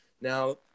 Now